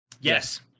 yes